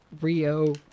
Rio